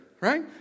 right